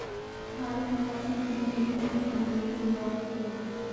भारत में प्राचीन समय में ही चीनी बनाने की शुरुआत हो गयी थी